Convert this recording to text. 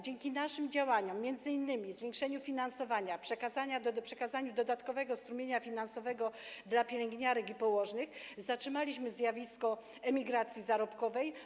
Dzięki naszym działaniom, m.in. zwiększeniu finansowania, przekazaniu dodatkowego strumienia finansowego dla pielęgniarek i położnych zatrzymaliśmy zjawisko emigracji zarobkowej.